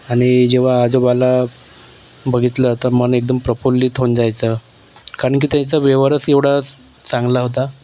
आणि जेव्हा आजोबाला बघितलं तर मन एकदम प्रफुल्लित होऊन जायचं कारण की त्यांचा व्यवहारच एवढा चा चांगला होता